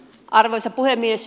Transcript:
arvoisa puhemies